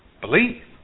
believe